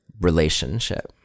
relationship